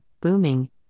Booming